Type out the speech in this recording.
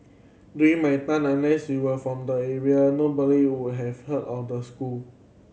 during my time unless you were from the area nobody would have heard of the school